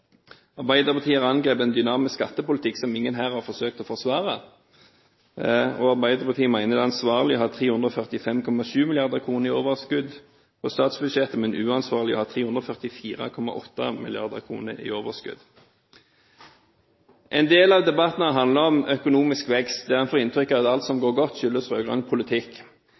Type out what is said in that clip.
Arbeiderpartiet har angrepet en dynamisk skattepolitikk som ingen her har forsøkt å forsvare, og Arbeiderpartiet mener de ansvarlige har 345,7 mrd. kr i overskudd på statsbudsjettet, mens de uansvarlige har 344,8 mrd. kr i overskudd. En del av debatten har handlet om økonomisk vekst, der en får inntrykk av at alt som går godt, skyldes rød-grønn politikk.